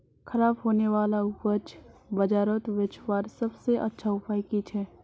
ख़राब होने वाला उपज बजारोत बेचावार सबसे अच्छा उपाय कि छे?